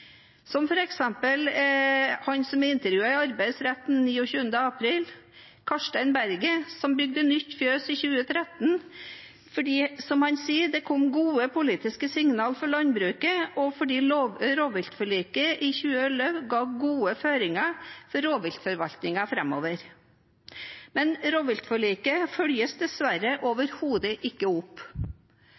29. april. Han bygde nytt fjøs i 2013 fordi, som han sier, det kom gode politiske signaler for landbruket, og fordi rovviltforliket i 2011 ga gode føringer for rovviltforvaltningen framover. Men rovviltforliket følges overhodet ikke opp,